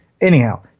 Anyhow